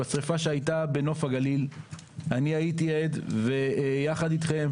בשריפה שהייתה בנוף הגליל אני הייתי עד ויחד אתכם